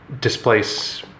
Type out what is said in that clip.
displace